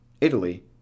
Italy